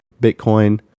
Bitcoin